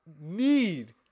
need